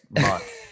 month